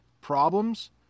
problems